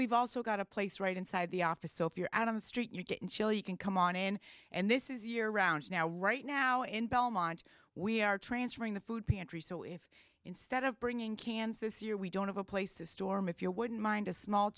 we've also got a place right inside the office so if you're out on the street you can show you can come on in and this is year round now right now in belmont we are transferring the food pantry so if instead of bringing cans this year we don't have a place to storm if you wouldn't mind a small